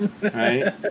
right